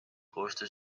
koostöö